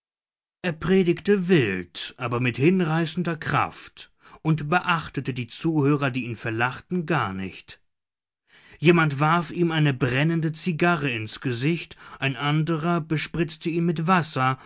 er predigte wild aber mit hinreißender kraft und beachtete die zuhörer die ihn verlachten gar nicht jemand warf ihm eine brennende zigarre ins gesicht ein anderer bespritzte ihn mit wasser